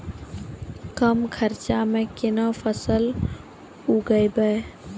कम खर्चा म केना फसल उगैबै?